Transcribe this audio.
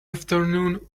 afternoon